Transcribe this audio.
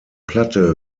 platte